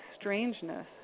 strangeness